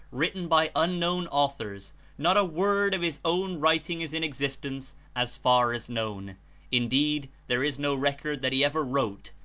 written by unknown authors not a word of his own writing is in existence as far as known indeed there is no record that he ever wrote,